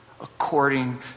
according